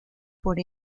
por